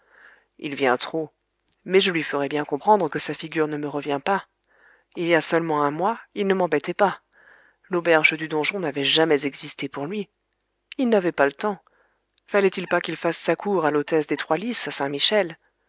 il vient trop mais je lui ferai bien comprendre que sa figure ne me revient pas il y a seulement un mois il ne m'embêtait pas l'auberge du donjon n'avait jamais existé pour lui il n'avait pas le temps fallait-il pas qu'il fasse sa cour à l'hôtesse des trois lys à